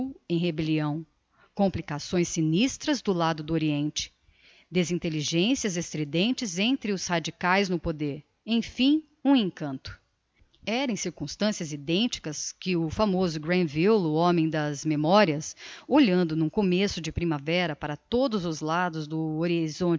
em rebellião complicações sinistras do lado do oriente desintelligencias estridentes entre os radicaes no poder emfim um encanto era em circumstancias identicas que o famoso granville o homem das memorias olhando n'um começo de primavera para todos os lados do